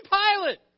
pilot